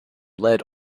led